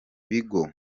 bigo